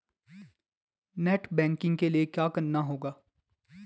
Net banking के लिए क्या करना होगा?